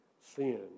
Sin